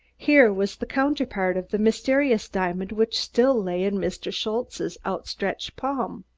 here was the counterpart of the mysterious diamond which still lay in mr. schultze's outstretched palm.